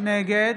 נגד